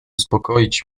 uspokoić